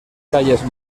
calles